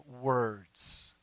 words